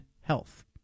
health